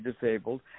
disabled